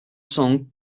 cents